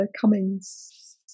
Cummings